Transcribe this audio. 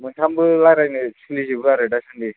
मोनथामबो लायराइनो सोलिजोबो आरो दासान्दि